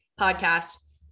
podcast